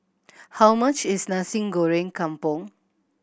how much is Nasi Goreng Kampung